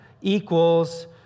equals